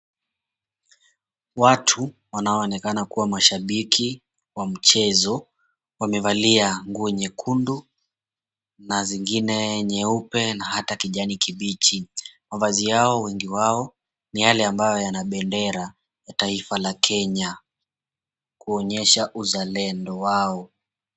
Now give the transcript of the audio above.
Watu wanaoonekana kuwa mashabiki wa mchezo wamevalia nguo nyekundu na zingine nyeupe na hata kijani kibichi. Mavazi yao wengi wao ni yale ambayo yana bendera la taifa la Kenya kuonyesha uzalendo wao.